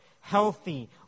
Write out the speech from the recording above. healthy